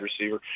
receiver